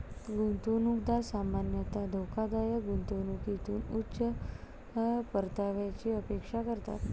गुंतवणूकदार सामान्यतः धोकादायक गुंतवणुकीतून उच्च परताव्याची अपेक्षा करतात